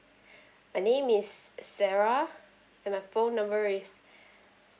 my name is sarah and my phone number is